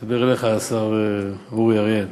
אני מדבר אליך, השר אורי אריאל,